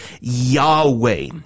Yahweh